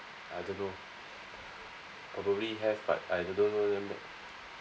I don't know probably have but I do not know them